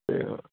ਅਤੇ